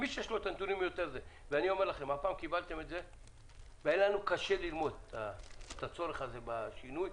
היה לנו קשה ללמוד את הצורך הזה בשינוי.